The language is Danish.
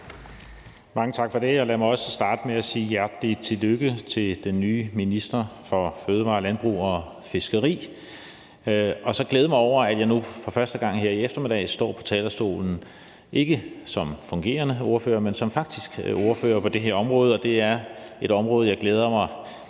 Mange tak for det. Lad mig også starte med at sige hjertelig tillykke til den nye minister for fødevarer, landbrug og fiskeri og så glæde mig over, at jeg nu for første gang her i eftermiddag står på talerstolen, ikke som fungerende ordfører, men som faktisk ordfører på det her område. Det er et område, jeg glæder mig